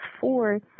four